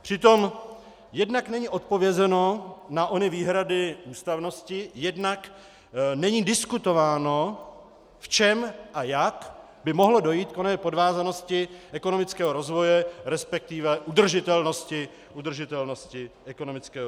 Přitom jednak není odpovězeno na ony výhrady ústavnosti, jednak není diskutováno, v čem a jak by mohlo dojít k oné podvázanosti ekonomického rozvoje, resp. udržitelnosti ekonomického růstu.